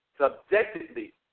subjectively